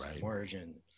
margin